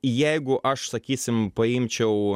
jeigu aš sakysim paimčiau